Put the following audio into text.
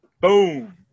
Boom